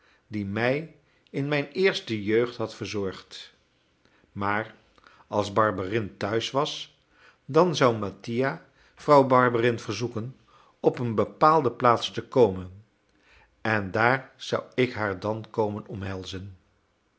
die mij in mijn eerste jeugd had verzorgd maar als barberin tehuis was dan zou mattia vrouw barberin verzoeken op een bepaalde plaats te komen en daar zou ik haar dan komen omhelzen